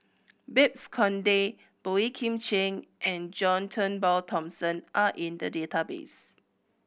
Babes Conde Boey Kim Cheng and John Turnbull Thomson are in the database